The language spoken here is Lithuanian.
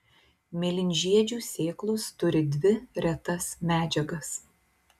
mėlynžiedžių sėklos turi dvi retas medžiagas